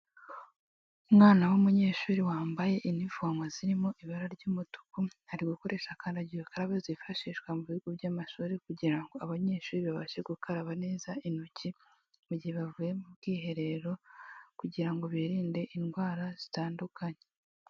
Umwana w'umunyeshuri wambaye inifomo zirimo ibara ry'umutuku, ari gukoresha kandagira ukaraba zifashishwa mu bigo by'amashuri, kugira ngo abanyeshuri babashe gukaraba neza intoki mu gihe bavuye mu bwiherero, kugira ngo birinde indwara zitandukanye.